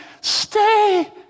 Stay